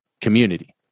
community